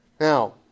Now